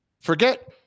forget